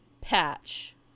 Patch